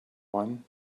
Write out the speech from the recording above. one